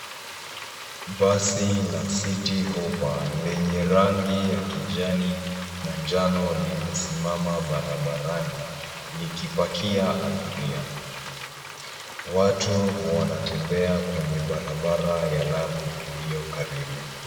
Basi la citi hopa lenye lenye rangi ya kijani na njano limesimama barabarani likipakia abiria. Watu wanatembea kwenye barabara ya lami iliyo karibu.